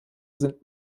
sind